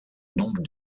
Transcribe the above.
nombre